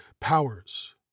powers